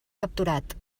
capturat